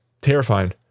terrifying